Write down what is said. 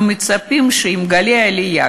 אנחנו מצפים שעם גלי העלייה,